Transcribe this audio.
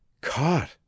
Caught